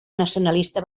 nacionalista